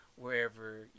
wherever